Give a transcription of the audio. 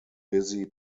busy